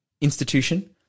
institution